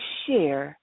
share